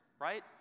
right